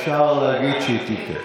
אפשר להגיד שהיא תיתן.